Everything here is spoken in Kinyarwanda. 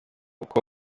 uko